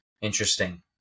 Interesting